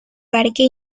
parque